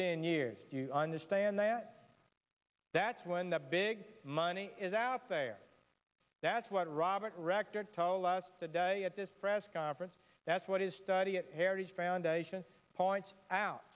teen years you understand that that's when the big money is out there that's what robert rector told us that day at this press conference that's what his study at heritage foundation points out